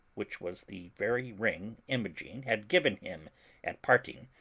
which was the very ring imogen had given him at parting,